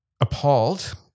appalled